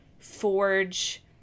forge